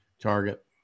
target